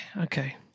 okay